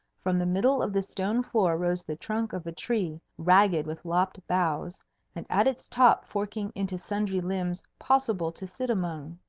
from the middle of the stone floor rose the trunk of a tree, ragged with lopped boughs and at its top forking into sundry limbs possible to sit among.